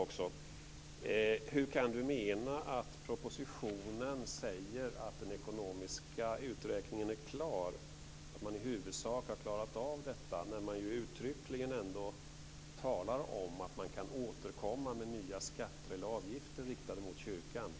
Hur kan Pär Axel Sahlberg mena att det i propositionen sägs att den ekonomiska uträkningen är klar och att man i huvudsak har klarat av detta, när man ju uttryckligen ändå talar om att man kan återkomma med nya skatter eller avgifter riktade mot kyrkan? Pär Axel